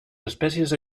espècies